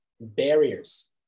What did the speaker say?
barriers